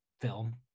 film